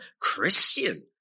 Christian